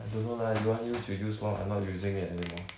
I don't know lah you want use you use lor I not using it anymore